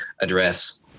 address